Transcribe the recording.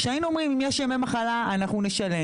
שהיינו אוצרים אם יש ימי מחלה אנחנו נשלם,